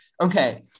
okay